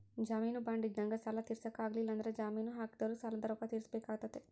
ಜಾಮೀನು ಬಾಂಡ್ ಇದ್ದಂಗ ಸಾಲ ತೀರ್ಸಕ ಆಗ್ಲಿಲ್ಲಂದ್ರ ಜಾಮೀನು ಹಾಕಿದೊರು ಸಾಲದ ರೊಕ್ಕ ತೀರ್ಸಬೆಕಾತತೆ